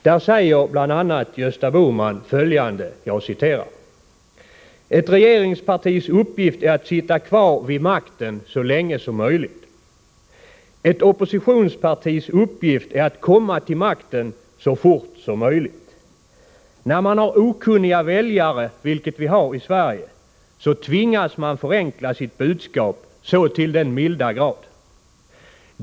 Där säger Gösta Bohman bl.a. följande: ”Ett regeringspartis uppgift är att sitta kvar vid makten så länge som möjligt. Ett oppositionspartis uppgift är att komma till makten så fort som möjligt. När man har okunniga väljare, vilket vi har i Sverige, så tvingas man förenkla sitt budskap så till den milda grad.